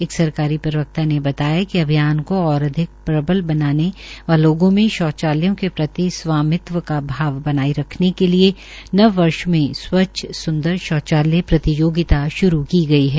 एक सरकारी प्रवक्ता ने बताया कि अभियान को और अधिक प्रबल बनाने व लोगों में शौचालयों के प्रति स्वामित्व का भाव बनाए रखने के लिए नववर्ष में स्वच्छ सुंदर शौचालय प्रतियोगिता शुरू की गई है